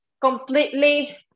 completely